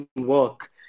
work